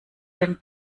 denn